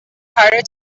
harder